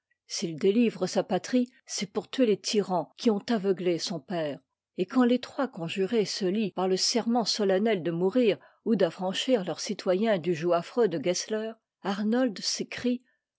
s'il délivre sa patrie c'est pour tuer les tyrans qui ont aveuglé son père et quand les trois conjurés se lient par le serment solennel de mourir ou d'affranchir leurs citoyens du joug affreux de gessler arnold s'écrie